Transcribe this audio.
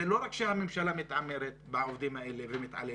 זה לא רק שהממשלה מתעמרת בעובדים האלה ומתעללת,